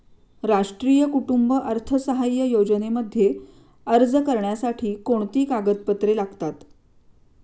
राष्ट्रीय कुटुंब अर्थसहाय्य योजनेमध्ये अर्ज करण्यासाठी कोणती कागदपत्रे लागतात?